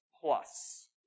plus